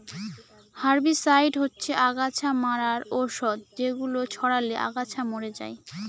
herbicide হচ্ছে অগাছা মারার ঔষধ যেগুলো ছড়ালে আগাছা মরে যায়